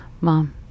Mom